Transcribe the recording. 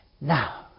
Now